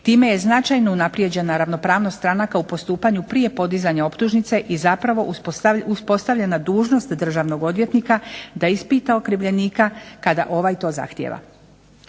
Time je značajno unaprijeđena ravnopravnost stranaka u postupanju prije podizanja optužnice i zapravo uspostavljena dužnost državnog odvjetnika da ispita okrivljenika kada ovaj to zahtjeva.